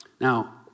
Now